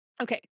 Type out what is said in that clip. Okay